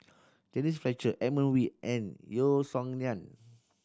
Denise Fletcher Edmund Wee and Yeo Song Nian